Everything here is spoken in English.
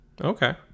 Okay